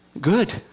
good